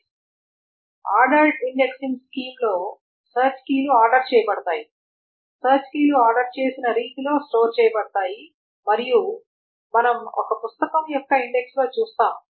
కాబట్టి ordered indexing స్కీమ్లో search కీలు ఆర్డర్ చేయబడ తాయి సెర్చ్ కీలు ఆర్డర్ చేసిన రీతిలో స్టోర్ చేయబడతాయి మరియు ఇది మనం ఒక పుస్తకం యొక్క ఇండెక్స్లో చూస్తాము